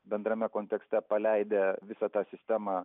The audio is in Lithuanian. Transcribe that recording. bendrame kontekste paleidę visą tą sistemą